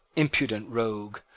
impudent rogue!